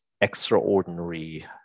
extraordinary